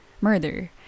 murder